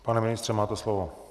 Pane ministře, máte slovo.